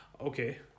Okay